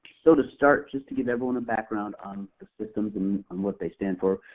so to start, just to give everyone a background on the systems and and what they stand for,